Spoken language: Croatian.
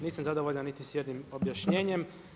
Nisam zadovoljan niti s jednim objašnjenjem.